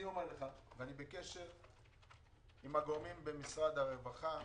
אני אומר לך, ואני בקשר עם הגורמים במשרד הרווחה,